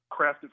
crafted